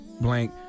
blank